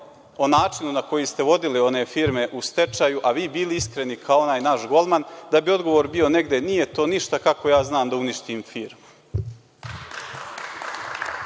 o načinu na koji ste vodili one firme u stečaju, a vi bili iskreni kao onaj naš golman, da bi odgovor bio negde – nije to ništa kako ja znam da uništim firmu.Za